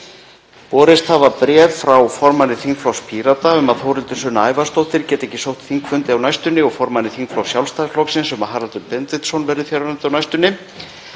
Borist hafa bréf frá formanni þingflokks Pírata um að Þórhildur Sunna Ævarsdóttir geti ekki sótt þingfundi á næstunni og formanni þingflokks Sjálfstæðisflokksins um að Haraldur Benediktsson verði fjarverandi á næstunni.